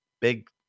big